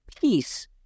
peace